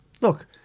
look